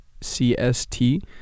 cst